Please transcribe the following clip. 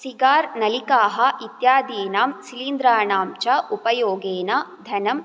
सिगारनलिकाः इत्यादीनां सिलिन्द्राणां च उपयोगेन धनं